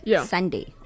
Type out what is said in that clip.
Sunday